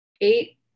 eight